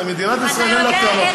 למדינת ישראל אין טענות,